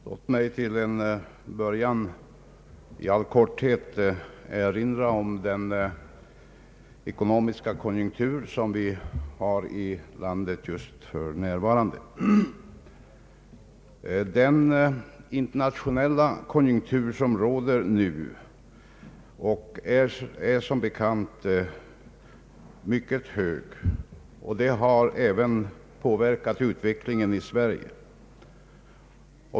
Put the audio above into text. Herr talman! Jag vill till en början i all korthet erinra om den ekonomiska konjunktur som vi har i landet för närvarande. Den internationella konjunktur som råder nu är som bekant mycket hög och har även påverkat utvecklingen i Sverige.